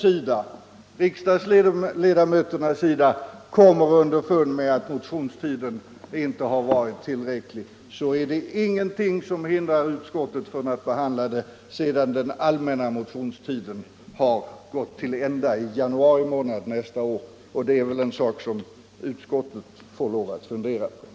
Om riksdagsledamöterna eventuellt finner att motionstiden inte har varit tillräcklig, är det ingenting som hindrar utskottet att behandla propositionen först sedan den allmänna motionstiden har gått till ända i januari månad nästa år. Det är en fråga som utskottet får fundera över.